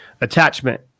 attachment